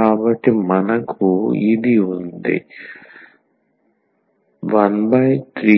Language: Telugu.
కాబట్టి మనకు ఇది ఉంది 132